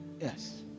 Yes